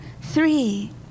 three